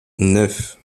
neuf